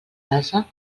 casa